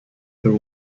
their